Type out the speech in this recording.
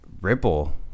Ripple